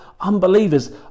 unbelievers